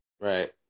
right